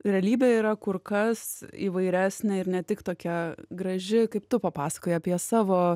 realybė yra kur kas įvairesnė ir ne tik tokia graži kaip tu papasakojai apie savo